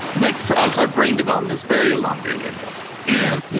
like for us our brain development is very elongated and